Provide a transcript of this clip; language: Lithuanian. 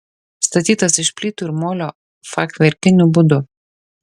statytas iš plytų ir molio fachverkiniu būdu